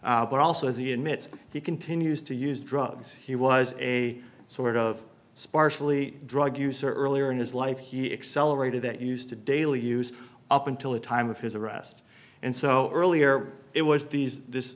but also as he admits he continues to use drugs he was a sort of sparsely drug user earlier in his life he excel rated that used to daily use up until the time of his arrest and so earlier it was these this